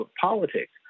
politics